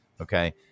Okay